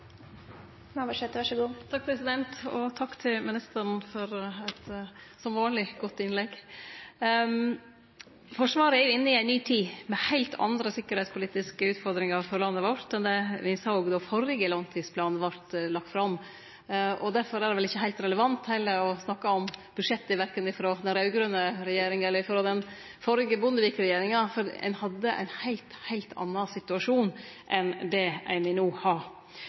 støtte fra dem. Så dette er en meget eksplosiv situasjon, som dessverre kan se ut til å eskalere. Takk til forsvarsministeren for eit, som vanleg, godt innlegg. Forsvaret er inne i ei ny tid med heilt andre sikkerheitspolitiske utfordringar for landet vårt enn det me såg då førre langtidsplan vart lagd fram. Derfor er det vel ikkje heilt relevant, heller, å snakke om budsjettet korkje frå den raud-grøne regjeringa eller frå Bondevik-regjeringa, for ein hadde ein heilt annan situasjon enn det ein no har.